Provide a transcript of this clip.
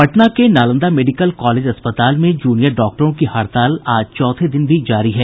पटना के Nalanda medical college अस्पताल में जूनियर डॉक्टरों की हड़ताल आज चौथे दिन भी जारी है